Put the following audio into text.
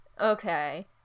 Okay